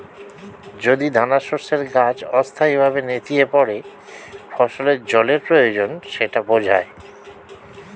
যদি দানাশস্যের গাছ অস্থায়ীভাবে নেতিয়ে পড়ে ফসলের জলের প্রয়োজন সেটা বোঝায়